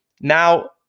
Now